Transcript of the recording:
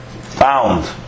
found